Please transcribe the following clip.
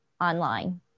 online